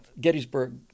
Gettysburg